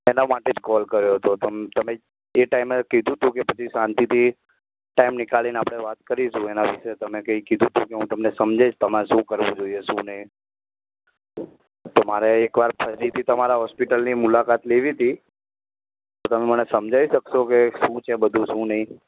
એના માટે જ કોલ કર્યો હતો તમે એ ટાઇમે કીધું હતું કે પછી શાંતિથી ટાઇમ કાઢીને આપણે વાત કરીશું એના વિષે તમે કંઈ કીધું હતું હું તમને સમજાવીશ તમારે શું કરવું જોઈએ શું નહીં તો મારે એક ફરીથી તમારા હોસ્પિટલની મુલાકાત લેવી હતી તો તમે મને સમજાવી શકશો કે શું છે બધું શું નહીં